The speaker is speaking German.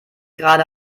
gerade